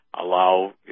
allow